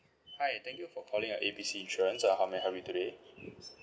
hi thank you for calling uh A B C insurance uh how may I help you today